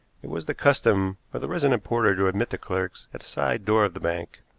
it was the custom for the resident porter to admit the clerks at a side door of the bank,